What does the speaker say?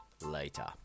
later